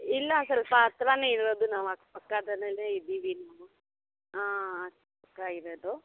ಇಲ್ಲ ಸ್ವಲ್ಪ ಹತ್ತಿರಾನೇ ಇರೋದು ನಾವು ಅಕ್ಕಪಕ್ಕದಲ್ಲೇನೆ ಇದ್ದೀವಿ ನಾವು ಹಾಂ ಅಕ್ಕಪಕ್ಕ ಇರೋದು